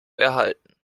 erhalten